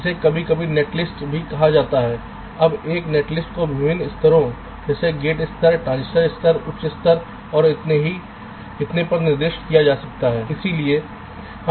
इसे कभी कभी नेटलिस्ट भी कहा जाता है अब एक नेटलिस्ट को विभिन्न स्तरों जैसे गेट स्तर ट्रांजिस्टर स्तर उच्च स्तर और इतने पर निर्दिष्ट किया जा सकता है